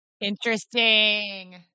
Interesting